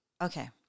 Okay